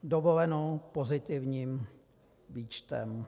Dovoleno pozitivním výčtem.